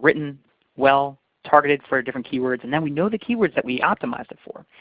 written well, targeted for different keywords, and then we know the keywords that we optimized them for.